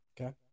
Okay